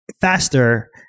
Faster